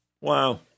Wow